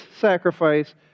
sacrifice